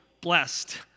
blessed